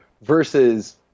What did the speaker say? versus